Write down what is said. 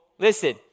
Listen